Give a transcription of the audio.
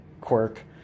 quirk